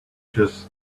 just